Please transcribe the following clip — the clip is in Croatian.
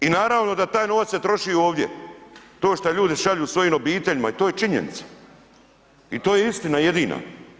I naravno da taj novac se troši ovdje, to šta ljudi šalju svojim obiteljima to je činjenica i to je istina jedina.